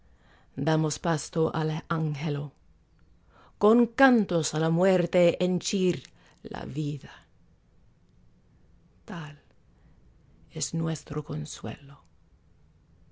damos pasto al anhelo con cantos á la muerte henchir la vida tal es nuestro consuelo